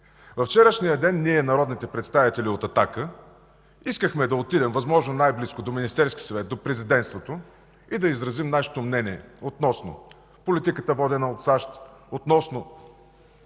Във вчерашния ден ние, народните представители от „Атака”, искахме да отидем възможно най-близко до Министерския съвет, до Президентството, за да изразим нашето мнение относно политиката, водена от САЩ и относно